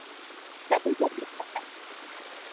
कभी कभी